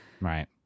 Right